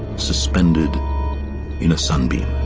suspended in a sunbeam.